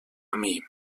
armee